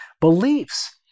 beliefs